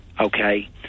Okay